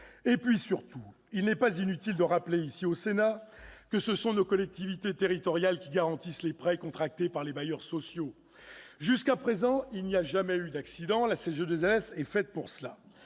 logements. Il n'est pas inutile de rappeler ici, au Sénat, que ce sont nos collectivités territoriales qui garantissent les prêts contractés par les bailleurs sociaux. Jusqu'à présent, il n'y a jamais eu d'accident- la CGLLS est faite pour cela.